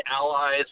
allies